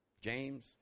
James